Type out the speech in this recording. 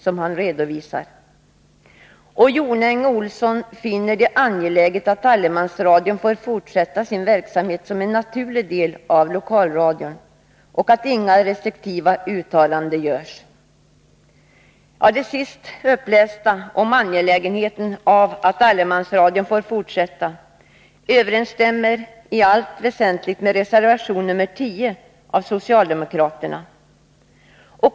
Gunnel Jonäng och Johan Olsson finner det angeläget att allemansradion får fortsätta sin verksamhet som en naturlig del av lokalradion och att inga restriktiva uttalanden görs. Det sist upplästa om angelägenheten av att allemansradion får fortsätta överensstämmer i allt väsentligt med reservation nr 10 av socialdemokraterna.